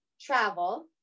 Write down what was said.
travel